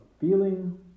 Feeling